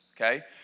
okay